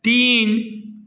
तीन